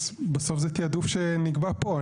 אז בסוף זה תעדוף שנקבע פה.